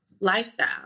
lifestyle